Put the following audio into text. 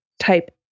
type